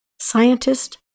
scientist